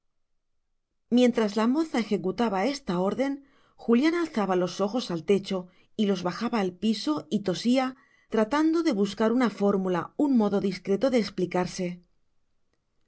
mientras la moza ejecutaba esta orden julián alzaba los ojos al techo y los bajaba al piso y tosía tratando de buscar una fórmula un modo discreto de explicarse